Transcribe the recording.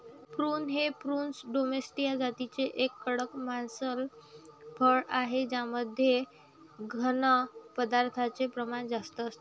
prune हे प्रूनस डोमेस्टीया जातीचे एक कडक मांसल फळ आहे ज्यामध्ये घन पदार्थांचे प्रमाण जास्त असते